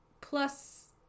Plus